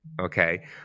okay